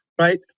right